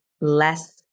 less